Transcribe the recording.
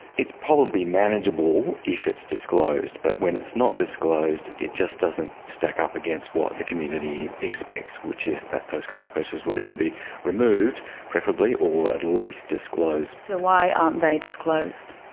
it's probably manageable if it's disclosed, but when it's not disclosed, it just doesn't stack up against what the community expects, expects, which is that those kinds of pressures would either be removed preferably or at least disclosed. so why aren't they disclosed?